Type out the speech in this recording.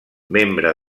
membre